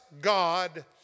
God